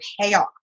payoff